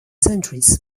centuries